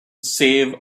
save